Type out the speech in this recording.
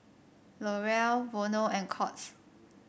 L'Oreal Vono and Courts